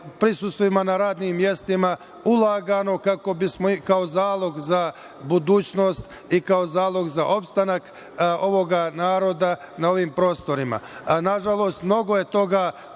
prisustvima na radnim mestima ulagano kao zalog za budućnost i kao zalog za opstanak ovog naroda na ovim prostorima. Nažalost, mnogo je toga